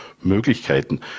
Möglichkeiten